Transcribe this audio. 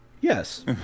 Yes